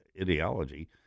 ideology